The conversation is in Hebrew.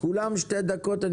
אני